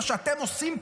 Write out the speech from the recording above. מה שאתם עושים פה.